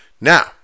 Now